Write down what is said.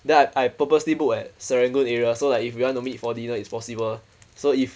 then I I purposely book at serangoon area so like if you want to meet for dinner it's possible so if